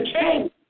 change